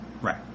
right